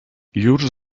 llurs